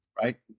right